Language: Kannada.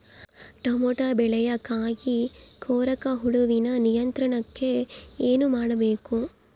ಟೊಮೆಟೊ ಬೆಳೆಯ ಕಾಯಿ ಕೊರಕ ಹುಳುವಿನ ನಿಯಂತ್ರಣಕ್ಕೆ ಏನು ಮಾಡಬೇಕು?